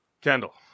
Kendall